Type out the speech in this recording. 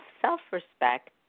self-respect